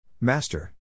Master